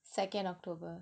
second october